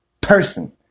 person